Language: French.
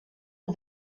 aux